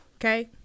Okay